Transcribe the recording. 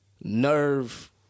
nerve